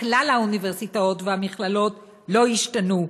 בכלל האוניברסיטאות והמכללות לא ישתנו.